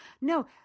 No